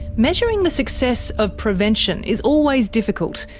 measuring the success of prevention is always difficult,